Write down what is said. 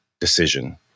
decision